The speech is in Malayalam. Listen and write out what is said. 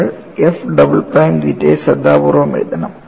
നമ്മൾ f ഡബിൾ പ്രൈം തീറ്റ ശ്രദ്ധാപൂർവ്വം എഴുതണം